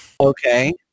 Okay